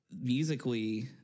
musically